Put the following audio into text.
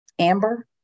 Amber